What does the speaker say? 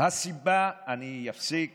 אני מבקש להפסיק